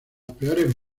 peores